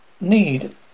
need